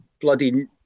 bloody